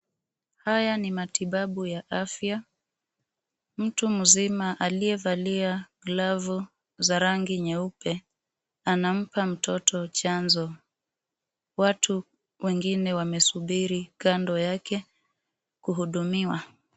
Haya ni matibabu ya afya. Mtu mzima aliyevalia glavu za rangi nyeupe, anampa mtoto chanjo. Watu wengine wamesubiri kando yake, kuhudumiwa.